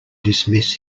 dismiss